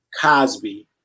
Cosby